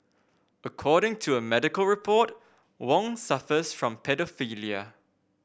according to a medical report Wong suffers from paedophilia